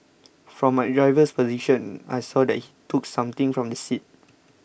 from my driver's position I saw that he took something from the seat